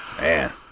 Man